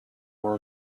were